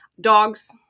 dogs